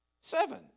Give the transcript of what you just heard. Seven